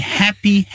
happy